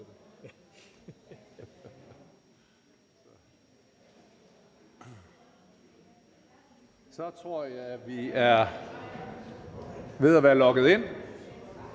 Nu tror jeg man er ved at være logget ind,